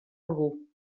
algú